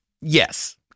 yes